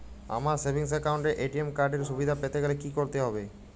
আমার savings account এ ATM card এর সুবিধা পেতে গেলে কি করতে হবে?